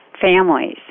families